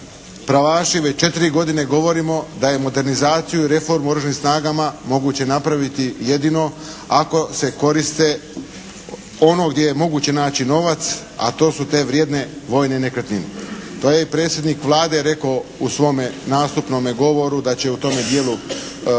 pravaši već četiri godine govorimo da je modernizaciju i reformu u Oružanim snagama moguće napraviti jedino ako se koriste ono gdje je moguće naći novac, a to su te vrijedne vojne nekretnine. To je i predsjednik Vlade rekao u svome nastupnome govoru da će u tome dijelu